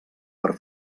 per